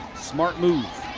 smart move.